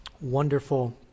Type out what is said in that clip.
wonderful